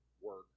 work